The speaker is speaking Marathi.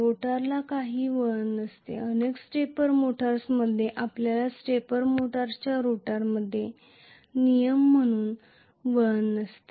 रोटरला काही वळण नसते अनेक स्टेपर मोटर्समध्ये आपल्याकडे स्टेपर मोटरच्या रोटरमध्ये नियम म्हणून वळण नसते